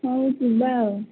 ହଉ ଯିବା ଆଉ